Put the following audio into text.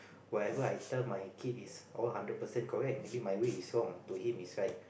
whatever I tell my kid is all hundred percent correct maybe my way is wrong to him is right